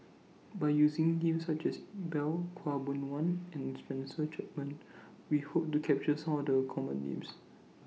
By using Names such as Iqbal Khaw Boon Wan and Spencer Chapman We Hope to capture Some of The Common Names